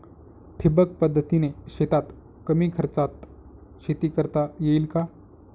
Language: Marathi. ठिबक पद्धतीने शेतात कमी खर्चात शेती करता येईल का?